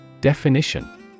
Definition